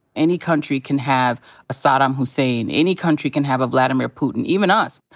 any country can have a saddam hussein. any country can have a vladimir putin, even us.